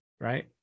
right